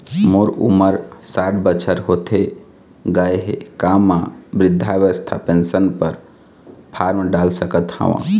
मोर उमर साठ बछर होथे गए हे का म वृद्धावस्था पेंशन पर फार्म डाल सकत हंव?